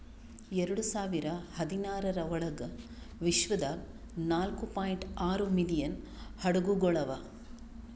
ಎರಡು ಸಾವಿರ ಹದಿನಾರರ ಒಳಗ್ ವಿಶ್ವದಾಗ್ ನಾಲ್ಕೂ ಪಾಯಿಂಟ್ ಆರೂ ಮಿಲಿಯನ್ ಹಡಗುಗೊಳ್ ಅವಾ